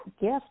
gift